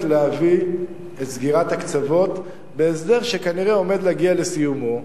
להביא את סגירת הקצוות בהסדר שכנראה עומד להגיע לסיומו,